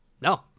no